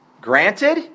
Granted